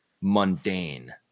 mundane